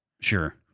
Sure